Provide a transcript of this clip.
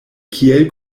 kiel